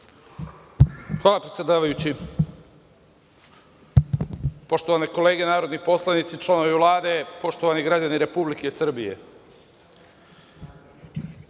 Hvala predsedavajući. Poštovane kolege narodni poslanici, članovi Vlade, poštovani građani Republike Srbije. Tvrd